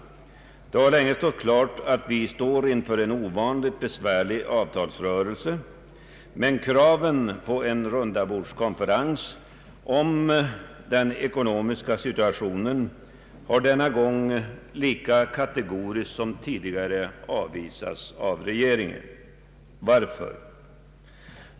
Det har länge varit klart att vi står inför en ovanligt besvärlig avtalsrörelse. Men kraven på en rundabordskonferens om den ekonomiska situationen har denna gång lika kategoriskt som tidigare avvisats av regeringen. Varför?